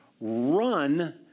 run